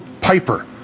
Piper